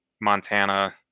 Montana